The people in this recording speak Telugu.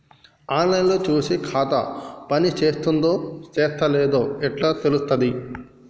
ఆన్ లైన్ లో చూసి ఖాతా పనిచేత్తందో చేత్తలేదో ఎట్లా తెలుత్తది?